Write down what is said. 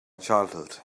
childhood